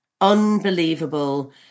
unbelievable